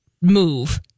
move